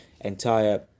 entire